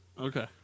Okay